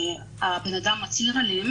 שבן אדם מצהיר עליהם